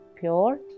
pure